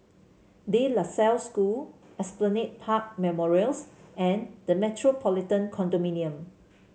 De La Salle School Esplanade Park Memorials and The Metropolitan Condominium